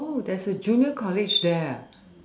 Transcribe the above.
oh there's a junior college there ah